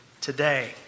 today